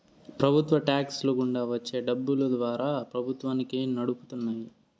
ప్రభుత్వ టాక్స్ ల గుండా వచ్చే డబ్బులు ద్వారా ప్రభుత్వాన్ని నడుపుతున్నాయి